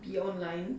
be online